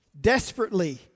Desperately